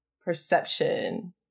perception